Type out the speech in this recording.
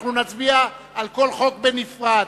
אנחנו נצביע על כל חוק בנפרד.